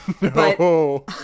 No